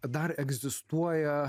dar egzistuoja